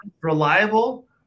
reliable